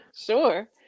sure